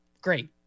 Great